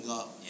up